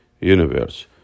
universe